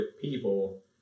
people